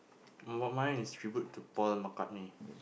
m~ mine is tribute to Paul-McCartney